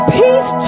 peace